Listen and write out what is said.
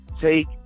Take